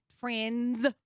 friends